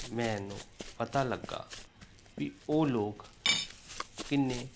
ਮੈਨੂੰ ਪਤਾ ਲੱਗਾ ਵੀ ਉਹ ਲੋਕ ਕਿੰਨੇ